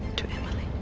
to emily.